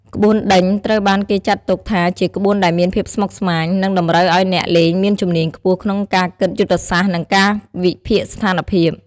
ក្បួនដេញត្រូវបានគេចាត់ទុកថាជាក្បួនដែលមានភាពស្មុគស្មាញ និងតម្រូវឲ្យអ្នកលេងមានជំនាញខ្ពស់ក្នុងការគិតយុទ្ធសាស្ត្រ និងការវិភាគស្ថានភាព។